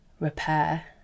repair